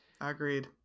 Agreed